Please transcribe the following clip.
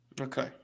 Okay